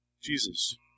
Jesus